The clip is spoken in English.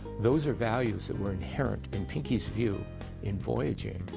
those are values that were inherent in pinky's view in voyaging,